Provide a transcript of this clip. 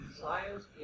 Science